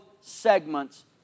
segments